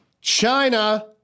China